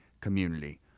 community